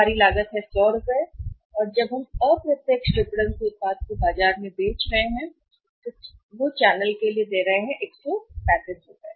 हमारी लागत है 100 और जब हम अप्रत्यक्ष विपणन में बेच रहे हैं तो वे उत्पाद और 135 रुपये दे रहे हैं चैनल के लिए